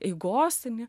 eigos ane